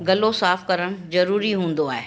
गलो साफ़ करणु ज़रूरी हूंदो आहे